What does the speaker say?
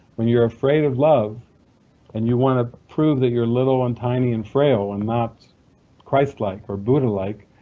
when you're afraid of love and you want to prove that you're little and tiny and frail, and not christ-like or buddhalike,